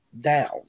down